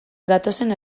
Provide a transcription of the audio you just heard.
gatozen